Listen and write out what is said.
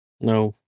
No